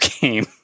game